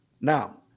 now